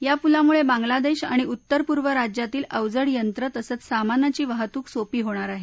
या पुलामुळे बांग्लादेश आणि उत्तर पूर्व राज्यातील अवजड यंत्र तसंच सामानाची वाहतूक सोपी होणार आहे